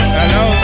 hello